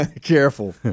Careful